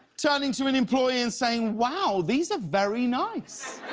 turning to an employee and saying, wow! these are very nice!